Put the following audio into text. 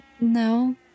No